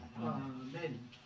Amen